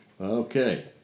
Okay